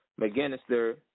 McGinnister